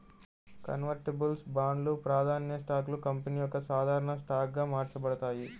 convertibles బాండ్లు, ప్రాధాన్య స్టాక్లు కంపెనీ యొక్క సాధారణ స్టాక్గా మార్చబడతాయి